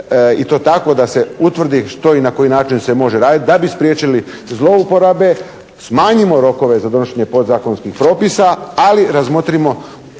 i to tako da se utvrdi što i na koji način se može raditi da bi spriječili zlouporabe, smanjimo rokove za donošenje podzakonskih propisa ali razmotrimo